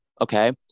Okay